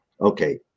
okay